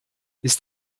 ist